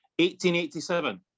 1887